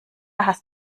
hast